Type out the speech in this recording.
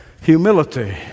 humility